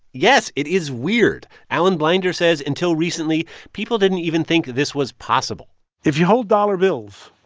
yes, it is weird. alan blinder says until recently, people didn't even think this was possible if you hold dollar bills,